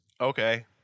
Okay